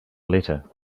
letter